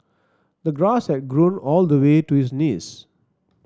the grass had grown all the way to his knees